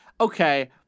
okay